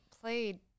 played